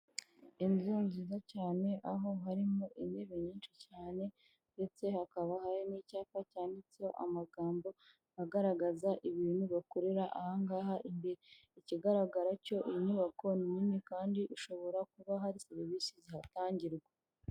Inzu nziza cyane aho harimo intebe nyinshi cyane ndetse hakaba hari n'icyapa cyanditseho amagambo agaragaza ibintu bakorera aha ngaha imbere. Ikigaragara cyo inyubako ni nini kandi ishobora kuba hari serivisi zihatangirwa.